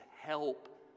help